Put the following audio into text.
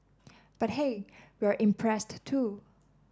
but hey we're impressed too